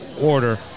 order